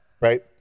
Right